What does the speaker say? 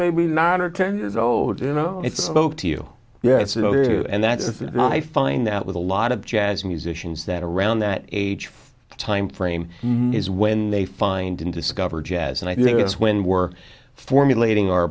maybe nine or ten years old you know it's up to you yes it is and that i find that with a lot of jazz musicians that around that age timeframe is when they find and discover jazz and i think that's when we're formulating our